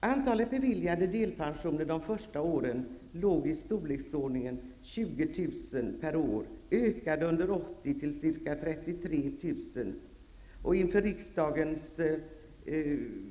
Antalet beviljade delpensioner de första åren var i storleksordningen 20 000 per år. Antalet ökade under 1980 till ca 33 000.